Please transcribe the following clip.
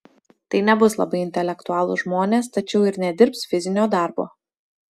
tai nebus labai intelektualūs žmonės tačiau ir nedirbs fizinio darbo